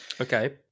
Okay